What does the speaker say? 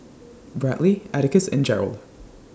Bradly Atticus and Gerald